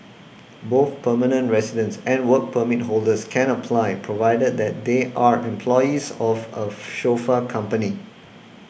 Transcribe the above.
both permanent residents and Work Permit holders can apply provided that they are employees of a chauffeur company